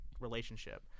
relationship